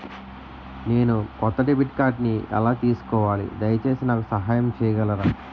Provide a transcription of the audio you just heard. నేను కొత్త డెబిట్ కార్డ్ని ఎలా తీసుకోవాలి, దయచేసి నాకు సహాయం చేయగలరా?